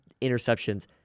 interceptions